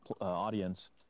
audience